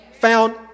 Found